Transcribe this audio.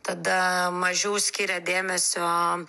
tada mažiau skiria dėmesio